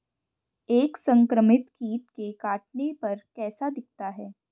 एक संक्रमित कीट के काटने पर कैसा दिखता है?